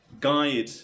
guide